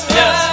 yes